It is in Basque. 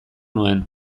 nuen